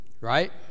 Right